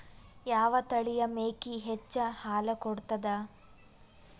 ಯಾವ ತಳಿಯ ಮೇಕಿ ಹೆಚ್ಚ ಹಾಲು ಕೊಡತದ?